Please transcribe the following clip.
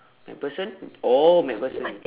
McPherson oh McPherson